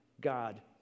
God